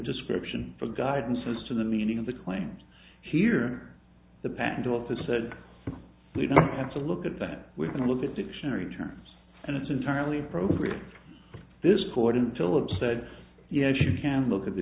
description for guidance as to the meaning of the claims here the patent office said we don't have to look at that we can look at dictionary terms and it's entirely appropriate this court until it said yes you can look at the